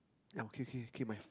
ya okay okay K my